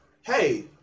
hey